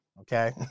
Okay